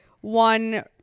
one